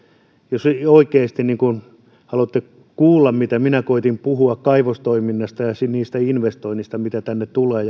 jos oikeasti haluatte kuulla ja erottaa mitä minä koetin puhua kaivostoiminnasta ja niistä investoinneista mitä tänne tulee